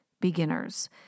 beginners